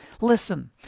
Listen